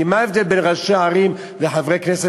כי מה ההבדל בין ראשי ערים לחברי כנסת